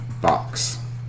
box